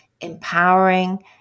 empowering